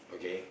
okay